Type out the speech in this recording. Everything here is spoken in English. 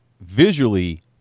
visually